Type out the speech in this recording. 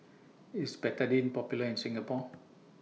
IS Betadine Popular in Singapore